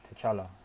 T'Challa